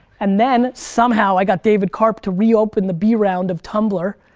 and then somehow i got david karp to reopen the b round of tumblr,